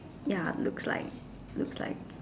ya looks like looks like